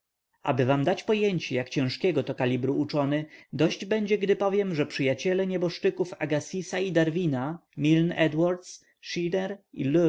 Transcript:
aby wam dać pojęcie jak ciężkiego to kalibru uczony dość będzie gdy powiem że przyjaciele nieboszczyków agassisa i darwina